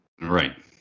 Right